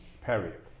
period